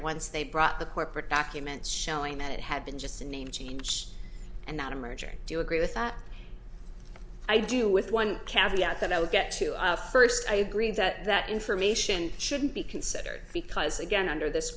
once they brought the corporate documents showing that it had been just a name change and not a merger do you agree with that i do with one cavity out that i would get to first i agree that that information shouldn't be considered because again under this